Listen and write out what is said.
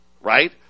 Right